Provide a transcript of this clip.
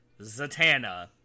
Zatanna